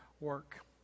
work